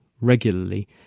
regularly